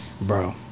Bro